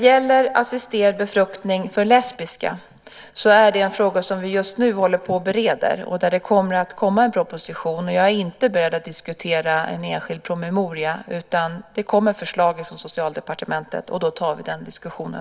Assisterad befruktning för lesbiska är en fråga som vi just nu håller på att bereda. Det kommer att komma en proposition. Jag är inte beredd att diskutera en enskild promemoria. Det kommer förslag från Socialdepartementet, och då tar vi den diskussionen.